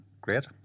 Great